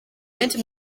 menshi